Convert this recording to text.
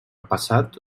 passat